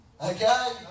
Okay